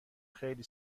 خیلی